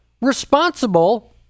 responsible